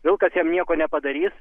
vilkas jam nieko nepadarys